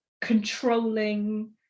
controlling